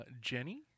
Jenny